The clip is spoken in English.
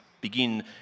begin